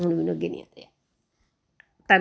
ਧੰਨ